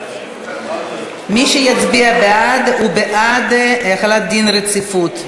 מי שיצביע בעד הוא בעד החלת דין רציפות,